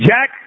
Jack